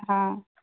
હાં